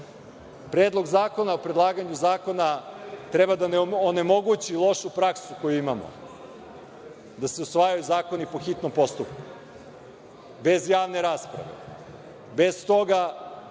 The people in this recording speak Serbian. red. Predlog zakona o predlaganju zakona treba da onemogući lošu praksu koju imamo, da se usvajaju zakoni po hitnom postupku bez javne rasprave, bez toga